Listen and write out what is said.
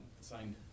signed